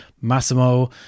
Massimo